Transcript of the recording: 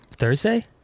thursday